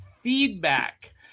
feedback